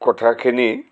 কথাখিনি